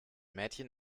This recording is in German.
mädchen